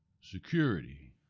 security